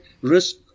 risk